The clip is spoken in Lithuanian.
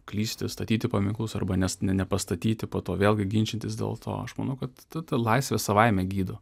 klysti statyti paminklus arba ne nepastatyti po to vėlgi ginčytis dėl to aš manau kad ta ta laisvė savaime gydo